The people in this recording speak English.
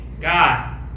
god